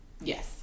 Yes